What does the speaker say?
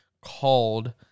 called